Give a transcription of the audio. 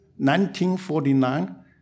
1949